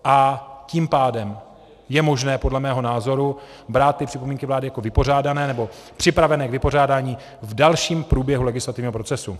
A tím pádem je možné podle mého názoru brát ty připomínky vlády jako vypořádané, nebo připravené k vypořádání v dalším průběhu legislativního procesu.